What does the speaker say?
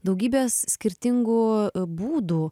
daugybės skirtingų būdų